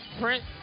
Prince